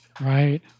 Right